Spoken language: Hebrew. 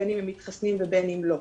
בין אם הם מתחסנים ובין אם לא.